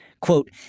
quote